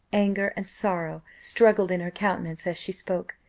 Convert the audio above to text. anger, and sorrow, struggled in her countenance as she spoke.